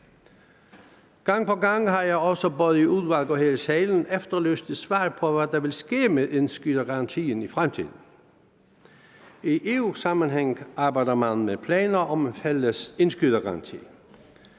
Gang på gang har jeg både i udvalg og her i salen efterlyst et svar på, hvad der vil ske med indskydergarantien i fremtiden. I EU-sammenhæng arbejder man med planer om en fælles indskydergaranti.